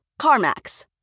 CarMax